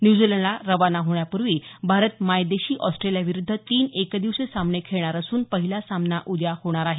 न्यूझीलंडला रवाना होण्यापूर्वी भारत मायदेशी ऑस्ट्रेलियाविरुद्ध तीन एकदिवसीय सामने खेळणार असून पहिला सामना उद्या होणार आहे